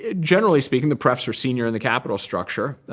ah generally speaking, the prefs are senior in the capital structure.